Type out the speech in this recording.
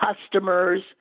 customers